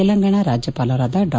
ತೆಲಂಗಾಣ ರಾಜ್ಜಪಾಲರಾದ ಡಾ